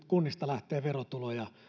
kunnista lähtee verotuloja